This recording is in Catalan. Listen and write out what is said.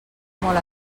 molt